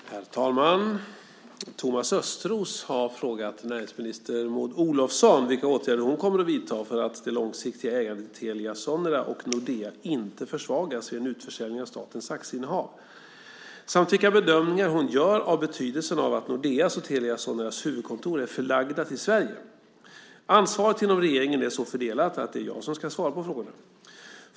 Herr talman! Thomas Östros har frågat näringsminister Maud Olofsson vilka åtgärder hon kommer att vidta för att det långsiktiga ägandet i Telia Sonera och Nordea inte försvagas vid en utförsäljning av statens aktieinnehav samt vilka bedömningar hon gör av betydelsen av att Nordeas och Telia Soneras huvudkontor är förlagda till Sverige. Ansvaret inom regeringen är så fördelat att det är jag som ska svara på frågorna.